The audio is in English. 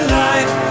life